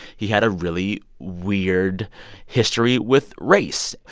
he had a really weird history with race.